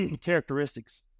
characteristics